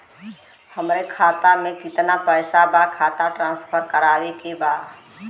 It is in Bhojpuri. हमारे खाता में कितना पैसा बा खाता ट्रांसफर करावे के बा?